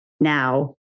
now